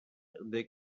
эрдэ